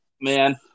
man